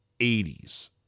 80s